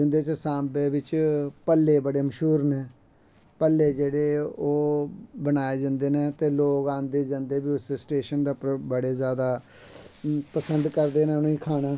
जिन्दे बिच्च सांबे बिच्च भल्ले बड़े मश्हूर नै भल्ले जेह्ड़े ओह् बनाए जंदे न ते लोग आंदे जंदे बी उस स्टेशन पर बड़े जादा पसंद करदे न खाना